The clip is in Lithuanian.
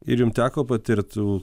ir jums teko patirti tų